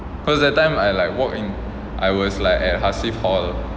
cause that time I like walk in I was like at hasif hall